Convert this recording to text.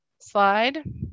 slide